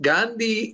Gandhi